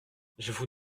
j’avoue